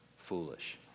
foolish